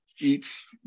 eats